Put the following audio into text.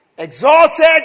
Exalted